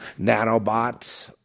nanobots